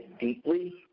deeply